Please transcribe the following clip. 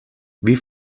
wie